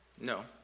No